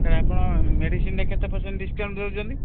sir ଆପଣ ମେଡିସିନଟାରେ କେତେ ପରସେଣ୍ଟ୍ ଡିସକାଉଣ୍ଟ ଦେଉଛନ୍ତି